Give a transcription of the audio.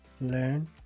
learn